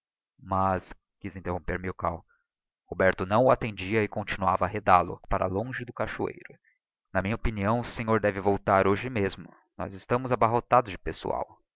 mas quiz interromper milkau roberto não o attendia e continuava a arredal o com as suas palavras para longe do cachoeiro na minha opinião o senhor deve voltar hoje mesmo nós estamos aba totados de pessoal